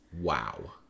wow